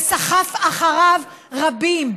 וסחף אחריו רבים,